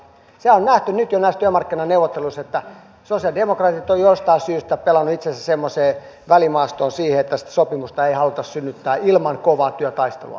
sehän on nähty nyt jo näissä työmarkkinaneuvotteluissa että sosialidemokraatit ovat jostain syystä pelanneet itsensä semmoiseen välimaastoon siihen että sitä sopimusta ei haluta synnyttää ilman kovaa työtaistelua